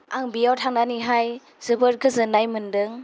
आं बेयाव थांनानैहाय जोबोर गोजोन्नाय मोनदों